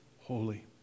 holy